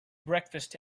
breakfast